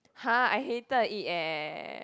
!huh! I hated it eh